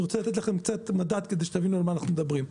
אני רוצה לתת לכם מדד כדי שתבינו על מה אנחנו מדברים.